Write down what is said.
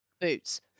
boots